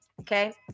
Okay